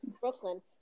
Brooklyn